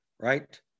Right